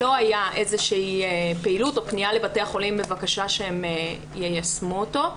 לא הייתה פעילות או פנייה לבתי החולים בבקשה שהם יישמו אותו.